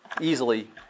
Easily